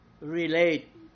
relate